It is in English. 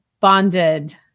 bonded